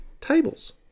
tables